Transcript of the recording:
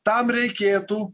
tam reikėtų